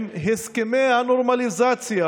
עם הסכמי הנורמליזציה,